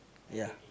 ya